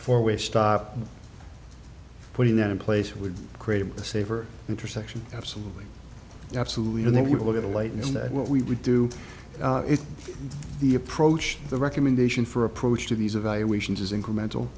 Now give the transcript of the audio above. four way stop putting that in place would create a safer intersection absolutely absolutely and that we will get a light and that what we do is the approach the recommendation for approach to these evaluations is incremental